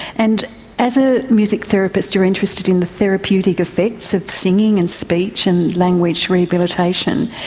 and as a music therapist you are interested in the therapeutic effects of singing and speech and language rehabilitation.